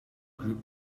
grouped